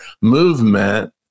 movement